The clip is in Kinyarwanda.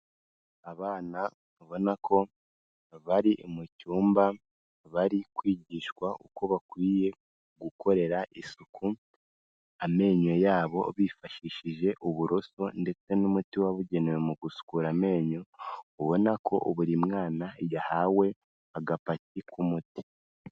Abana babona ko bari mu cyumba bari kwigishwa uko bakwiye gukorera isuku amenyo yabo, bifashishije uburoso ndetse n'umuti wabugenewe mu gusukura amenyo, ubona ko buri mwana yahawe agapaki k'umuti.